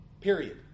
Period